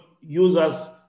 users